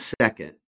second